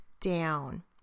down